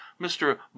mr